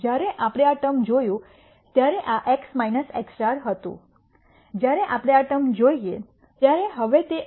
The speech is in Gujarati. જ્યારે આપણે આ ટર્મ જોયું ત્યારે આ x x હતું જ્યારે આપણે આ ટર્મ જોઈએ ત્યારે તે હવે x x 2 છે